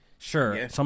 Sure